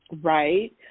Right